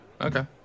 Okay